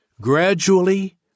Gradually